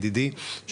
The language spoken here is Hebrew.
ידידי,